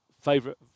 Favorite